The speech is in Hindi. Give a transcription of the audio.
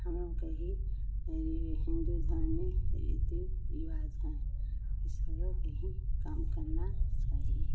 हमलोग के ही हिन्दू धर्म में यही रीति रिवाज़ है लोगों के ही काम करना चाहिए